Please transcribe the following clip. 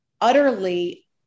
utterly